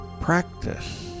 practice